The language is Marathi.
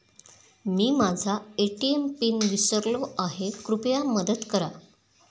मी माझा ए.टी.एम पिन विसरलो आहे, कृपया मदत करा